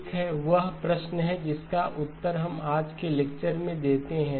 ठीक है वह प्रश्न है जिसका उत्तर हम आज के लेक्चर में देते हैं